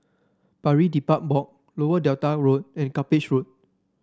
Pari Dedap Walk Lower Delta Road and Cuppage Road